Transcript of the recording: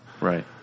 Right